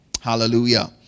Hallelujah